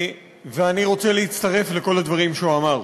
ואני רוצה להצטרף לכל הדברים שהוא אמר.